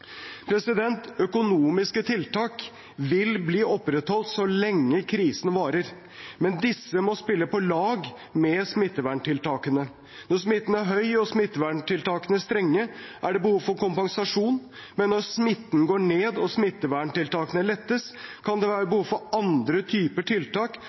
Økonomiske tiltak vil bli opprettholdt så lenge krisen varer. Men disse må spille på lag med smitteverntiltakene. Når smitten er høy og smitteverntiltakene strenge, er det behov for kompensasjon, men når smitten går ned og smitteverntiltakene lettes, kan det være behov for andre typer tiltak